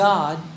God